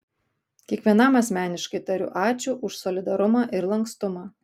kiekvienam asmeniškai tariu ačiū už solidarumą ir lankstumą